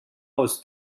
aus